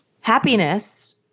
Happiness